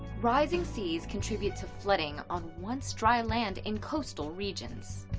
rising seas contribute to flooding on once dry lands in coastal regions.